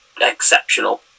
exceptional